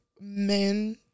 Men